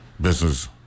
Business